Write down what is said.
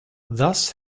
thus